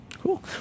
Cool